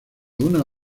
una